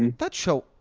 that show.